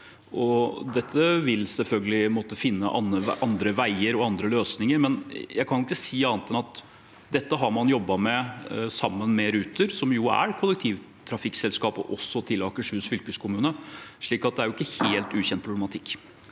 måtte finne andre veier og andre løsninger. Men jeg kan ikke si annet enn at dette har man jobbet med sammen med Ruter, som jo også er kollektivtrafikkselskapet til Akershus fylkeskommune, så det er ikke helt ukjent problematikk.